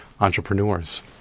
entrepreneurs